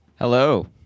Hello